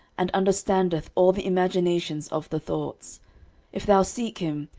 and understandeth all the imaginations of the thoughts if thou seek him,